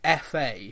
FA